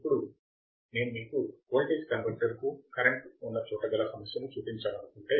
ఇప్పుడు నేను మీకు వోల్టేజ్ కన్వర్టర్కు కరెంట్ ఉన్న చోట గల సమస్యను చూపించాలనుకుంటే